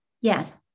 Yes